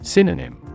Synonym